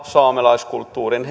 saamelaiskulttuurin